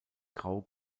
grau